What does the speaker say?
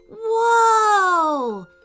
Whoa